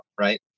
right